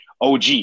OG